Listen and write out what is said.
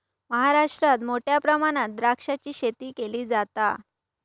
महाराष्ट्रात मोठ्या प्रमाणात द्राक्षाची शेती केली जाता